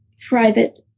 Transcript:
private